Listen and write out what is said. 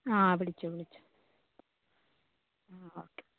ആ വിളിച്ചോ വിളിച്ചോ ആ ഓക്കേ